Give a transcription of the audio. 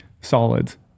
solids